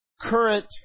current